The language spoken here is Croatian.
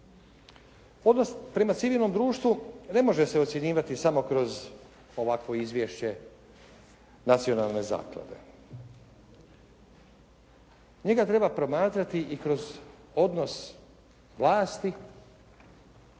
Odnos prema civilnom društvu ne može se ocjenjivati samo kroz ovakvo izvješće nacionalne zaklade. Njega treba promatrati i kroz odnos vlasti